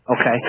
Okay